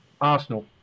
Arsenal